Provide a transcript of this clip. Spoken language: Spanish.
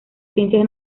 ciencias